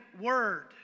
word